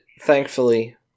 thankfully